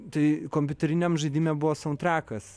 tai kompiuteriniam žaidime buvo santrekas